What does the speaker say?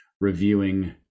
reviewing